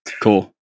Cool